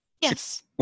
Yes